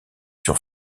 sur